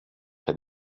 had